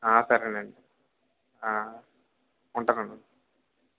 సరేనండి ఉంటానండి